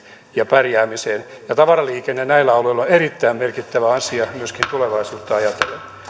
ja pärjäämiseen ja tavaraliikenne näillä alueilla on erittäin merkittävä asia myöskin tulevaisuutta ajatellen